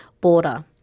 border